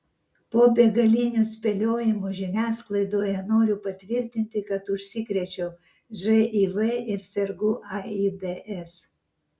po begalinių spėliojimų žiniasklaidoje noriu patvirtinti kad užsikrėčiau živ ir sergu aids